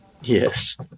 Yes